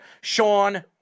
Sean